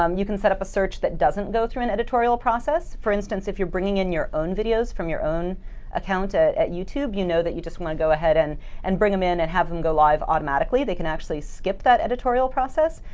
um you can set up a search that doesn't go through an editorial process. for instance, if you're bringing in your own videos from your own account at at youtube, you know that you just want to go ahead and and bring them in and have them go live automatically. they can actually skip that editorial process.